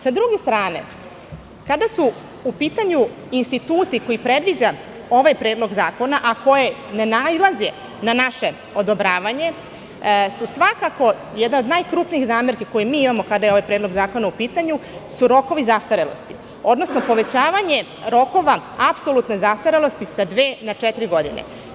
Sa druge strane, kada su u pitanju instituti koje predviđa ovaj predlog zakona, a koji ne nailaze na naše odobravanje, svakako jedna od najkrupnijih zamerki koje mi imamo, kada je ovaj predlog zakona u pitanju, su rokovi zastarelosti, odnosno povećavanje rokova apsolutne zastarelosti sa dve na četiri godine.